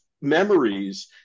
memories